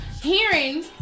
hearing